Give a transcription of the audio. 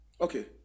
Okay